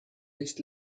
nicht